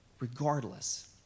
Regardless